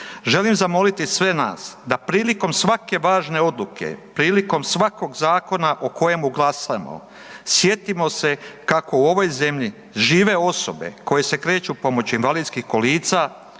želim zamoliti sve nas da prilikom svake važne odluke, prilikom svakog zakona o kojemu glasamo, sjetimo se kako u ovoj zemlji žive osobe koje se kreću pomoću invalidskih kolica,